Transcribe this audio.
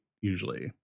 usually